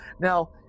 Now